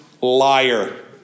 liar